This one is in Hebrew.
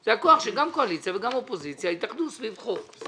זה הכוח שגם קואליציה וגם אופוזיציה יתאחדו סביב חוק כי